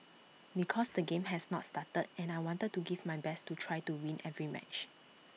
because the game has not started and I want to give my best to try to win every match